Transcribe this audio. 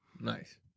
nice